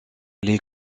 les